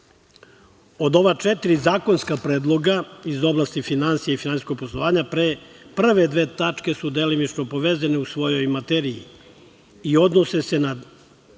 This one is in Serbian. za. Od ova četiri zakonska predloga iz oblasti finansija i finansijskog poslovanja prve dve tačke su delimično povezane u svojoj materiji i odnose se na